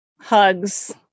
Hugs